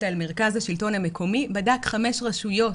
על מרכז השלטון המקומי בדק חמש רשויות